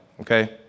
okay